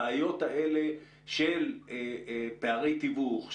הבעיות האלה של פערי תיווך,